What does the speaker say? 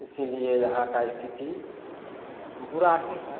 इसीलिए यहाँ का स्थिति बुरा ही है